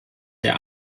der